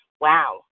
wow